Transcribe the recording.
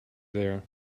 there